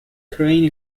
crane